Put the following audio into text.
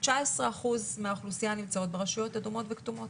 19% מהאוכלוסייה נמצאות ברשויות אדומות וכתומות.